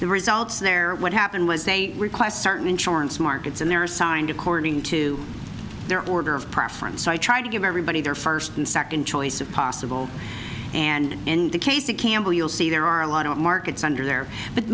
the results there or what happened was they request certain insurance markets and their assigned according to their order of preference so i tried to give everybody their first and second choice of possible and in the case of campbell you'll see there are a lot of markets under there but